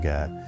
God